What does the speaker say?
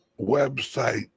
website